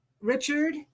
Richard